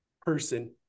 person